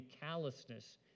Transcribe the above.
callousness